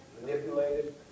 manipulated